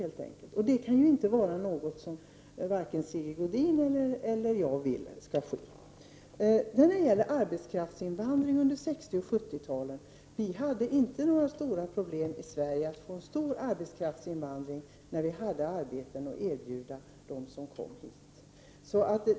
Det är inte något som vare sig Sigge Godin eller jag vill skall ske. Under 60 och 70-talen hade vi inte i Sverige några stora problem att få en arbetskraftsinvandring när vi hade arbeten att erbjuda dem som kom hit.